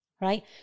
right